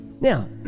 Now